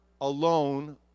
alone